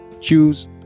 choose